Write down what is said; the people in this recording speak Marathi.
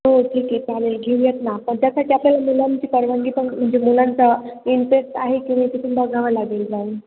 हो ठीक आहे चालेल घेऊयात ना पण त्यासाठी आपल्याला मुलांची परवानगी पण म्हणजे मुलांचा इंटरेस्ट आहे की मी ते तुम्हा घ्यावं लागेल जाऊन